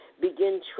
Begin